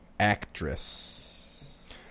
Actress